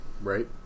Right